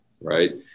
Right